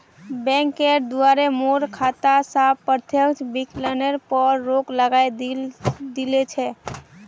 बैंकेर द्वारे मोर खाता स प्रत्यक्ष विकलनेर पर रोक लगइ दिल छ